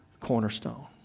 cornerstone